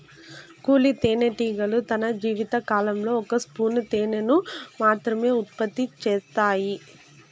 కూలీ తేనెటీగలు తన జీవిత కాలంలో ఒక స్పూను తేనెను మాత్రమె ఉత్పత్తి చేత్తాయి